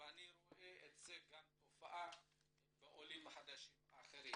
ואני רואה את התופעה הזאת גם בקרב עולים חדשים אחרים.